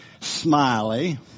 Smiley